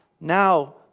now